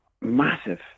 massive